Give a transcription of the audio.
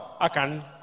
Akan